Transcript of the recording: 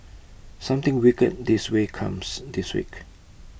something wicked this way comes this week